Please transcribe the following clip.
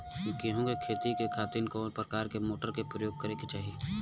गेहूँ के खेती के खातिर कवना प्रकार के मोटर के प्रयोग करे के चाही?